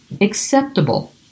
acceptable